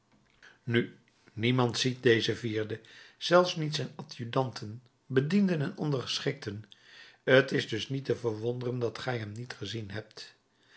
nu niemand ziet dezen vierde zelfs niet zijn adjudanten bedienden en ondergeschikten t is dus niet te verwonderen dat gij hem niet gezien hebt